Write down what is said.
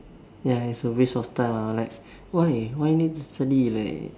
ya is a waste of time I was like why why need to study like